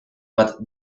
bat